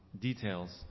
details